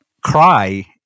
cry